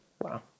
Wow